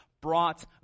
brought